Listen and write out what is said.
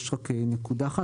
יש רק נקודה אחת